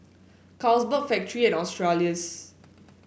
Carlsberg Factorie and Australis